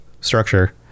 structure